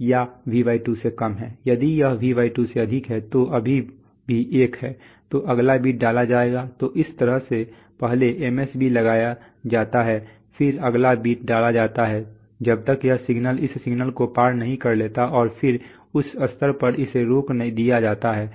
या V2 से कम है यदि यह V2 से अधिक है तो अभी भी 1 है तो अगला बिट डाला जाएगा तो इस तरह से पहले MSB लगाया जाता है फिर अगला बिट डाला जाता है जब तक यह सिग्नल इस सिग्नल को पार नहीं कर लेता है और फिर उस स्तर पर इसे रोक दिया जाता है